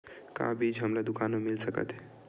का बीज हमला दुकान म मिल सकत हे?